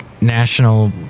national